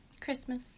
Christmas